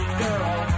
girl